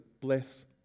bless